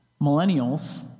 Millennials